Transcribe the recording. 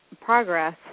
progress